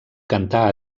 cantà